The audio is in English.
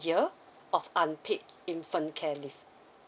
of unpaid infant care leave